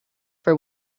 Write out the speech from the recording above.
for